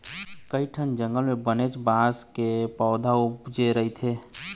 कइठन जंगल म बनेच बांस के पउथा उपजे रहिथे